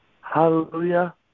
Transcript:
Hallelujah